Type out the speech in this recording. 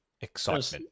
excitement